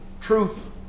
truth